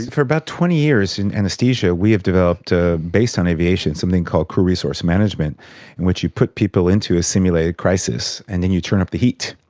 for about twenty years in anaesthesia we have developed, based on aviation, something called co-resource management in which you put people into a simulated crisis and then you turn up the heat.